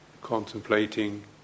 contemplating